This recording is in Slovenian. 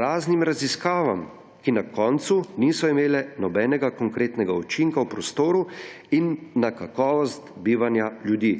raznim raziskavam, ki na koncu niso imele nobenega konkretnega učinka v prostoru in na kakovost bivanja ljudi,